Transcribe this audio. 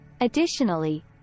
Additionally